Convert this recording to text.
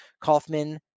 Kaufman